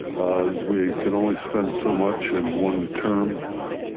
we can only spend so much in one term.